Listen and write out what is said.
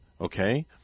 Okay